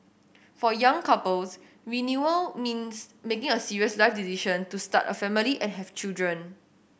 for young couples renewal means making a serious life decision to start a family and have children